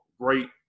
great